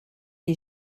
est